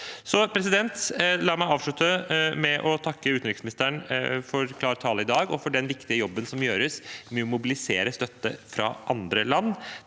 standarder. La meg avslutte med å takke utenriksministeren for klar tale i dag og for den viktige jobben som gjøres med å mobilisere støtte fra andre land.